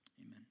amen